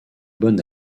bon